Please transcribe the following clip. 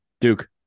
Duke